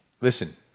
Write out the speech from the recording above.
listen